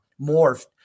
morphed